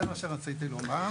נכון מאוד, זה מה שרציתי לומר.